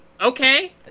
Okay